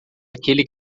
aquele